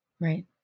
Right